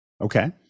Okay